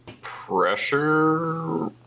pressure